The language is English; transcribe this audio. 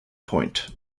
point